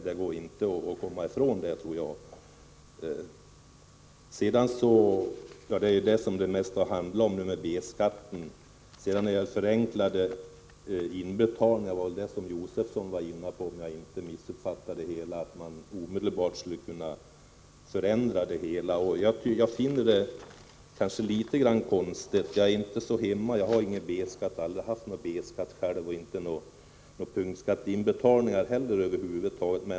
Det mesta har ju handlat om B-skatten, men Stig Josefson var, om jag inte missuppfattade honom, inne på förenklade inbetalningar — att man omedelbart skulle kunna förändra systemet. Jag är inte så hemma på området — jag har aldrig haft B-skatt och inte heller några punktskatteinbetalningar över huvud taget.